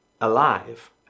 alive